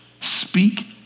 Speak